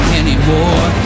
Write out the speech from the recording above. anymore